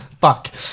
Fuck